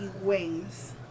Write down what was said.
wings